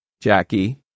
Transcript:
Jackie